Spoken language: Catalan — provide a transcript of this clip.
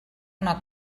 una